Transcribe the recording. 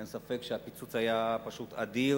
אין ספק שהפיצוץ היה פשוט אדיר.